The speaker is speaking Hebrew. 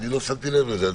לא שמתי לב לזה.